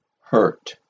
hurt